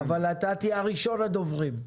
תהיה ראשון הדוברים.